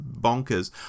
bonkers